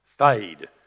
Fade